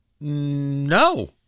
no